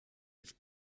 els